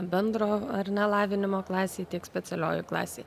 bendro ar ne lavinimo klasėj tiek specialiojoj klasėj